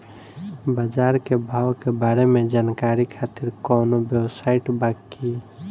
बाजार के भाव के बारे में जानकारी खातिर कवनो वेबसाइट बा की?